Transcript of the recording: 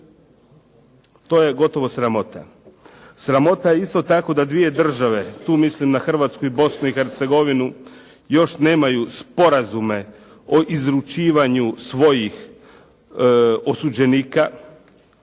To je gotovo sramota. Sramota je isto tako da dvije države, tu mislim na Hrvatsku i Bosnu i Hercegovinu još nemaju sporazume o izručivanje svojih osuđenika.